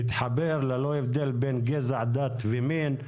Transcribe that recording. יתחבר ללא הבדל בין גזע דת ומין,